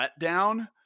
letdown